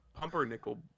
pumpernickel